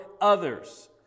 others